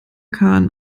kahn